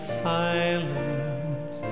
silence